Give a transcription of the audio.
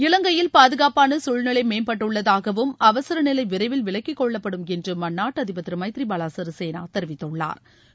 இவங்கையில் பாதுகாப்பான சூழ்நிலை மேம்பட்டுள்ளதாகவும் அவசரநிலை விரைவில் விலக்கிக் கொள்ளப்படும் என்றும் அந்நாட்டு அதிபர் திரு மைதிரி பால சிறிசேனா தெரிவித்துள்ளாா்